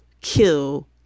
kill